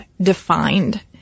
defined